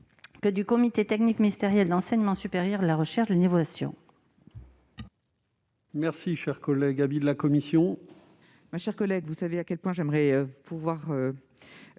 que du comité technique ministériel de l'enseignement supérieur et de la recherche. Quel est